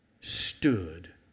stood